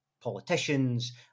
politicians